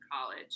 college